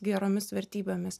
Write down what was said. geromis vertybėmis